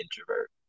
introvert